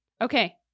Okay